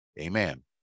Amen